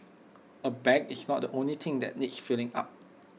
A bag is not the only thing that needs filling up